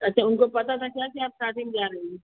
अच्छा उनको पता था क्या कि आप शादी में जा रही हैं